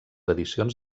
edicions